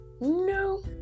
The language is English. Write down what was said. no